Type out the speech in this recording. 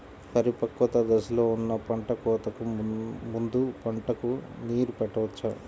పరిపక్వత దశలో ఉన్న పంట కోతకు ముందు పంటకు నీరు పెట్టవచ్చా?